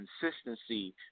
consistency